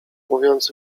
mówiąc